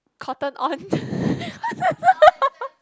Cotton On